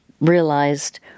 realized